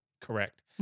Correct